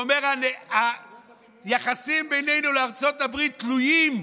הוא אומר: היחסים בינינו לארצות הברית תלויים,